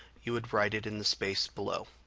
you would write it in the space below.